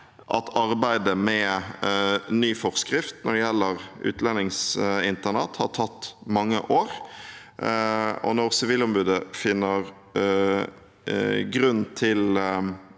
at arbeidet med ny forskrift når det gjelder utlendingsinternat, har tatt mange år. Når Sivilombudet finner grunn til